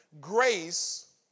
grace